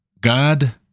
God